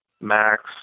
Max